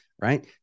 Right